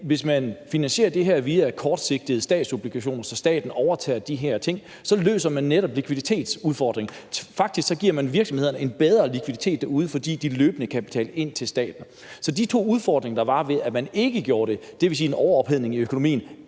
hvis man finansierer det via kortsigtede statsobligationer, så staten overtager de her ting, løser man netop likviditetsudfordringen. Man giver faktisk virksomhederne en bedre likviditet, fordi de løbende kan betale ind til staten. Så de to udfordringer, der var, ved at man gjorde det, dvs. en overophedning af økonomien